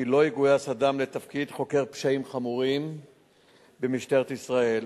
לא יגויס אדם לתפקיד חוקר פשעים חמורים במשטרת ישראל,